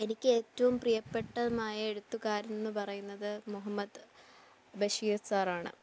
എനിക്ക് ഏറ്റവും പ്രിയപ്പെട്ടതുമായ എഴുത്തുകാരൻ എന്നു പറയുന്നത് മുഹമ്മദ് ബഷീർ സാറാണ്